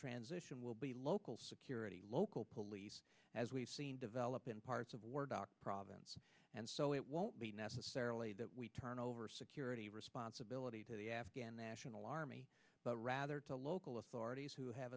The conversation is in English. transition will be local security local police as we've seen develop in parts of word doc province and so it won't be necessarily that we turn over security responsibility to the afghan national army but rather to local authorities who have